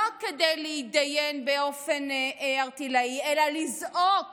לא כדי להתדיין באופן ערטילאי, אלא לזעוק